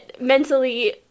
mentally